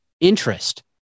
interest